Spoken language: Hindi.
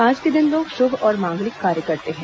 आज के दिन लोग शुभ और मांगलिक कार्य करते हैं